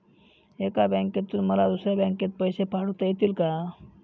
एका बँकेतून मला दुसऱ्या बँकेत पैसे पाठवता येतील का?